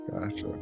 Gotcha